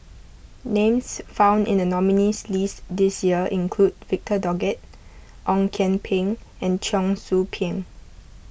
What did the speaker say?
names found in the nominees' list this year include Victor Doggett Ong Kian Peng and Cheong Soo Pieng